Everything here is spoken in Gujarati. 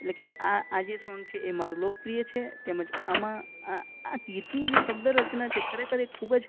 એટલે કે આ આ જે સોંગ છે એ મારું લોકપ્રિય છે તેમજ આમાં આ ગીતની જે શબ્દરચના છે ખરેખર એ ખૂબ જ